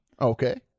okay